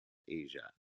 asia